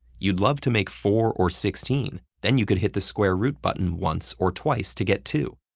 you'd love to make four or sixteen. then you could hit the square root button once or twice to get two.